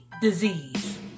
disease